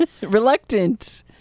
Reluctant